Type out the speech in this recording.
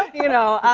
you know?